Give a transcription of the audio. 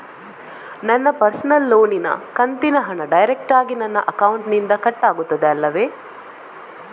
ನನ್ನ ಪರ್ಸನಲ್ ಲೋನಿನ ಕಂತಿನ ಹಣ ಡೈರೆಕ್ಟಾಗಿ ನನ್ನ ಅಕೌಂಟಿನಿಂದ ಕಟ್ಟಾಗುತ್ತದೆ ಅಲ್ಲವೆ?